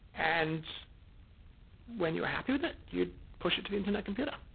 and when you are happy with it, you'd push it to the internet computer.